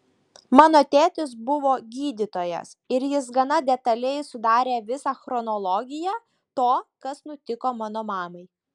mano tėtis buvo gydytojas ir jis gana detaliai sudarė visą chronologiją to kas nutiko mano mamai